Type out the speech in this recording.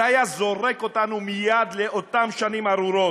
זה היה זורק אותנו מייד לאותן שנים ארורות.